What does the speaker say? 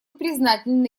признательны